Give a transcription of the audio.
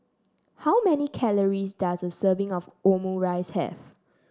how many calories does a serving of Omurice have